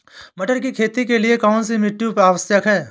मटर की खेती के लिए कौन सी मिट्टी आवश्यक है?